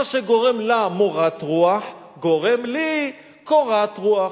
מה שגורם לה מורת רוח גורם לי קורת רוח.